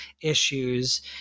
issues